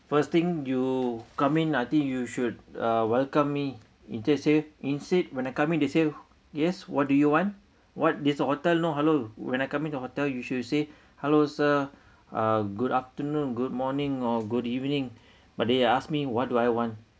first thing you come in I think you should uh welcome me instead when I come in they say yes what do you want what this hotel no hello when I come in to your hotel you should say hello sir uh good afternoon good morning or good evening but they asked me what do I want